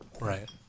Right